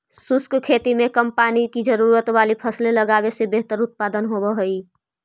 शुष्क खेती में कम पानी की जरूरत वाली फसलें लगावे से बेहतर उत्पादन होव हई